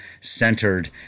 centered